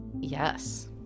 yes